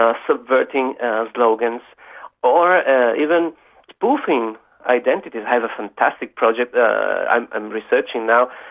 ah subverting and slogans or even spoofing identities. i have a fantastic project i'm and researching now,